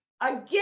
Again